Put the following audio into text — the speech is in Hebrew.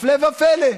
הפלא ופלא,